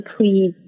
please